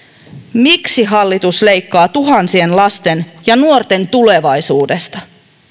miksi hallitus leikkaa tuhansien lasten ja nuorten tulevaisuudesta